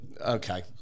Okay